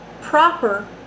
proper